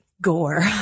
gore